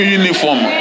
uniform